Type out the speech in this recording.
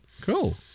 Cool